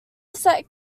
set